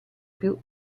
più